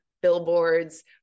billboards